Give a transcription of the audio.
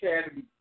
Academy